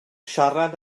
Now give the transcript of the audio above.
siarad